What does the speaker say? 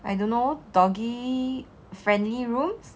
I don't know doggy friendly rooms